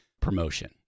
promotion